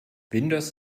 windows